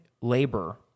labor